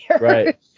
Right